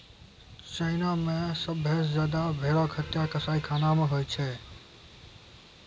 China मे सभ्भे से ज्यादा भेड़ो के हत्या कसाईखाना मे होय छै